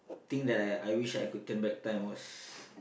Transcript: the thing that I I wish I could turn back time was